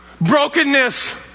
Brokenness